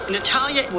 Natalia